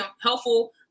helpful